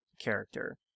character